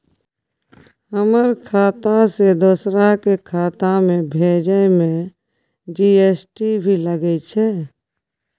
हमर खाता से दोसर के खाता में भेजै में जी.एस.टी भी लगैछे?